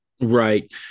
right